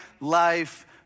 life